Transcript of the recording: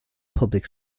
public